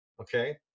okay